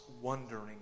wondering